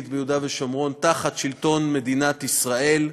ביהודה ושומרון תחת שלטון מדינת ישראל,